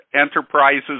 Enterprises